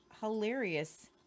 hilarious